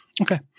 okay